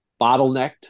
bottlenecked